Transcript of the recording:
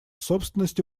собственностью